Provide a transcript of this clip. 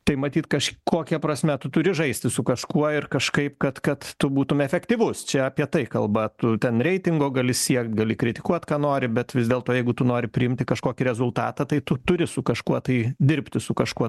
tai matyt kažkokia prasme tu turi žaisti su kažkuo ir kažkaip kad kad tu būtum efektyvus čia apie tai kalba tu ten reitingo gali siekt gali kritikuot ką nori bet vis dėlto jeigu tu nori priimti kažkokį rezultatą tai tu turi su kažkuo tai dirbti su kažkuo